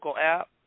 app